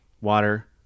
water